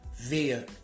via